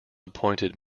appointed